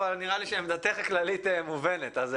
עמדתך הכללית מובנת.